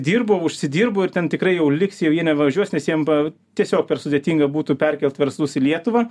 dirbo užsidirbo ir ten tikrai jau liks jau jie nevažiuos nes jiem pa tiesiog per sudėtinga būtų perkelt verslus į lietuvą